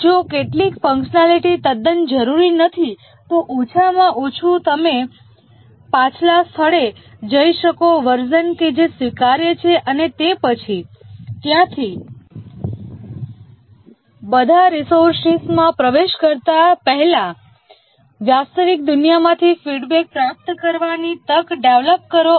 જો કેટલીક ફંકશનાલિટી તદ્દન જરૂરી નથી તો ઓછામાં ઓછું તમે પાછલા સ્થળે જઇ શકો વર્ઝન કે જે સ્વીકાર્ય છે અને તે પછી ત્યાંથી બધા રીસોર્સીસમાં પ્રવેશ કરતા પહેલા વાસ્તવિક દુનિયામાંથી ફીડબેક પ્રાપ્ત કરવાની તક ડેવલપ કરો